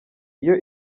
iyo